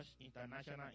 International